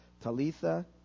Talitha